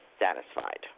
satisfied